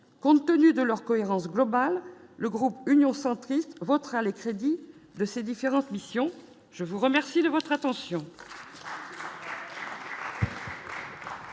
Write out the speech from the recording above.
compte tenu de leur cohérence globale, le groupe Union centriste votera les crédits de ces différentes missions, je vous remercie de votre attention.